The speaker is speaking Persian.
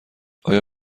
آیا